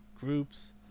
groups